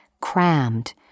crammed